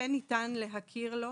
כן ניתן להכיר לו